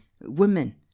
women